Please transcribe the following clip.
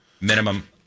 Minimum